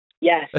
Yes